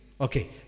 Okay